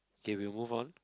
okay we move on